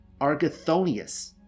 Argathonius